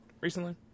recently